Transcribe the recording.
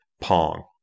Pong